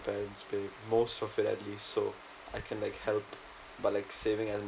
parents pay most of it at least so I can like help by like saving and